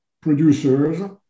producers